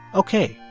ok,